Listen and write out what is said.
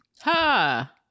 Ha